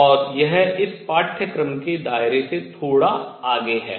और यह इस पाठ्यक्रम के दायरे से थोड़ा आगे है